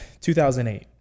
2008